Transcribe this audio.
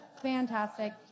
fantastic